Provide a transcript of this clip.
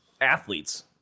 athletes